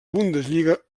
bundesliga